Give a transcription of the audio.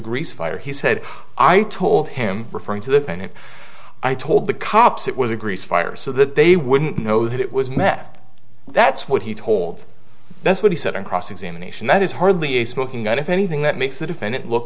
grease fire he said i told him referring to the pain and i told the cops it was a grease fire so that they wouldn't know that it was meth that's what he told that's what he said on cross examination that is hardly a smoking gun if anything that makes the defendant look